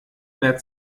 mehr